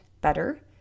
better